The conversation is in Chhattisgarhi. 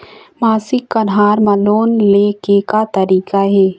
मासिक कन्हार म लोन ले के का तरीका हे?